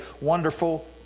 wonderful